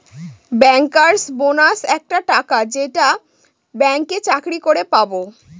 bankers bonus একটা টাকা যেইটা ব্যাঙ্কে চাকরি করে পাবো